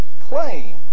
claim